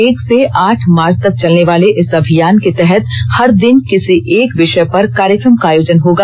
एक से आठ मार्च तक चलनेवाले इस अभियान के तहत हर दिन किसी एक विषय पर कार्यक्रम का आयोजन होगा